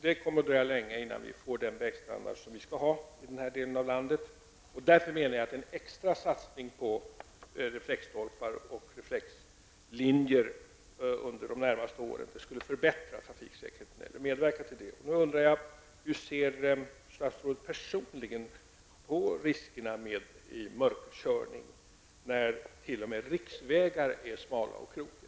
Det kommer att dröja länge innan vi får den vägstandard vi skall ha i denna del av landet, och därför menar jag att en extra satsning på reflexstolpar och reflexlinjer under de närmaste åren skulle medverka till att förbättra trafiksäkerheten. Jag undrar hur statsrådet personligen ser på riskerna med mörkerkörning när t.o.m. riksvägar är smala och krokiga.